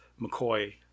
McCoy